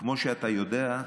כמו שאתה יודע,